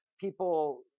people